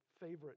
favorite